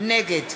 נגד